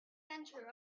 center